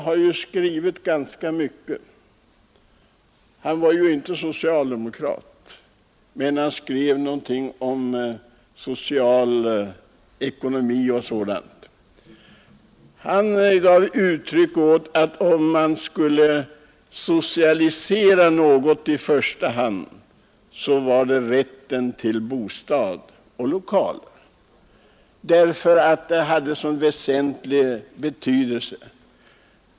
Professor Cassel — han var inte socialdemokrat men han har skrivit om socialekonomi — ansåg att om man skulle socialisera något, så var det bostäder och lokaler, därför att de har så väsentlig betydelse.